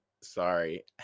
sorry